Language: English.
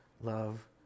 love